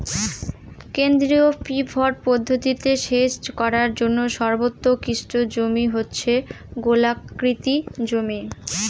কেন্দ্রীয় পিভট পদ্ধতিতে সেচ করার জন্য সর্বোৎকৃষ্ট জমি হচ্ছে গোলাকৃতি জমি